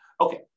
Okay